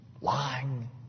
lying